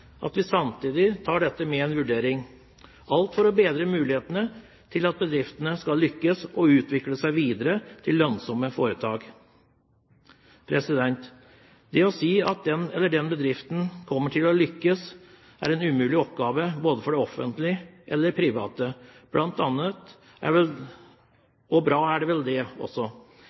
tar vi det med i en vurdering – alt for å bedre muligheten for at bedriftene skal lykkes og utvikle seg videre til lønnsomme foretak. Det å si at den eller den bedriften kommer til å lykkes, er en umulig oppgave både for det offentlige og de private, og bra er vel det.